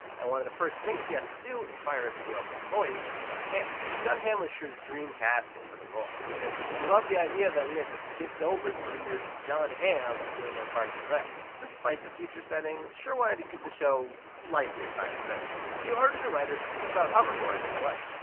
and one of the first things she has to do is fire a screw up employee, jon hamm. jon hamm was schur's dream casting for the role, because he loved the idea that we had just skipped over three years of jon hamm being on parks and rec. despite the future setting, schur wanted to keep the show lightly science fiction. he ordered the writers to keep out hover boards and the like.